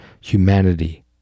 humanity